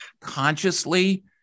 consciously